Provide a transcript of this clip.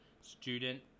student